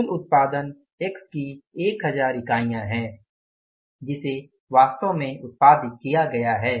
कुल उत्पादन उत्पाद x की 1000 इकाई है जिसे वास्तव में उत्पादित किया गया है